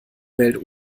welt